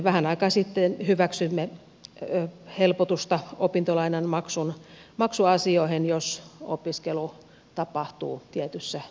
vähän aikaa sitten hyväksyimme helpotusta opintolainan maksuasioihin jos opiskelu tapahtuu tietyssä määräajassa